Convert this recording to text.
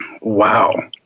Wow